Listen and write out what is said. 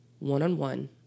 one-on-one